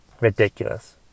ridiculous